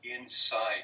inside